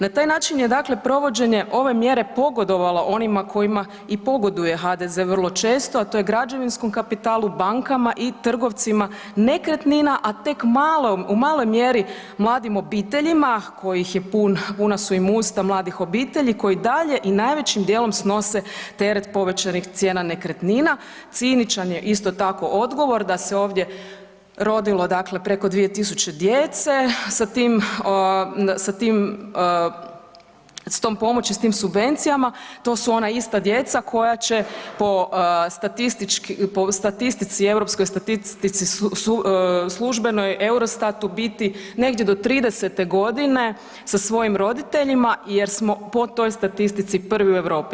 Na taj način je dakle provođenje ove mjere pogodovalo onima kojima i pogoduje HDZ vrlo često a to je građevinskom kapitalu, bankama i trgovcima nekretnina a tek u maloj mjeri mladim obiteljima, puna su im usta mladih obitelji koji i dalje i najvećim djelom snose teret povećanih cijena nekretnina, ciničan je isto tako odgovor da se ovdje rodilo, dakle preko 2000 djece, sa tom pomoći i s tim subvencijama, to su ona ista djeca koja će po statistici, europskoj statistici službenoj, EUROSTAT-u biti negdje do 30.-te godine da svojim roditeljima jer smo po toj statistici prvi u Europi.